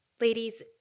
Ladies